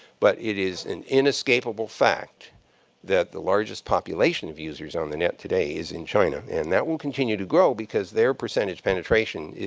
but it is an inescapable fact that the largest population of users on the net today is in china. and that will continue to grow, because their percentage penetration,